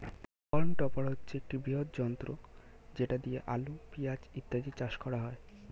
হল্ম topper হচ্ছে একটি বৃহৎ যন্ত্র যেটা দিয়ে আলু, পেঁয়াজ ইত্যাদি চাষ করা হয়